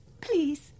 Please